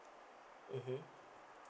mmhmm